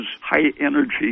high-energy